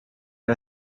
are